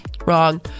wrong